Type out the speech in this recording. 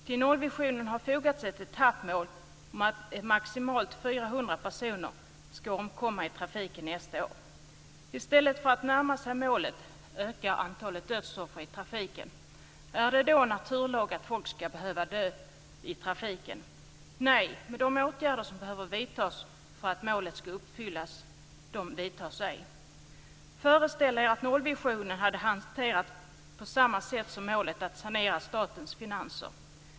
Till nollvisionen har fogats ett etappmål om att maximalt 400 personer ska omkomma i trafiken nästa år. I stället för att man närmar sig målet ökar antalet dödsoffer i trafiken. Är det då en naturlag att folk ska behöva dö i trafiken? Nej, men de åtgärder som behöver vidtas för att målet ska uppfyllas vidtas ej. Föreställ er att nollvisionen hade hanterats på samma sätt som målet att sanera statens finanser.